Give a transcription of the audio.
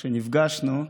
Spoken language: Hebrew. כשנפגשנו,